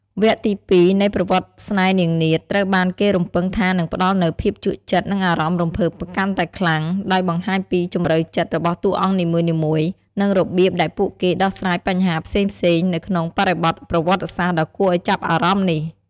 វគ្គទី២នៃ "ប្រវត្តិស្នេហ៍នាងនាថ" ត្រូវបានគេរំពឹងថានឹងផ្តល់នូវភាពជក់ចិត្ត និងអារម្មណ៍រំភើបកាន់តែខ្លាំង ដោយបង្ហាញពីជម្រៅចិត្តរបស់តួអង្គនីមួយៗ និងរបៀបដែលពួកគេដោះស្រាយបញ្ហាផ្សេងៗនៅក្នុងបរិបទប្រវត្តិសាស្ត្រដ៏គួរឱ្យចាប់អារម្មណ៍នេះ។